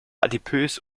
adipös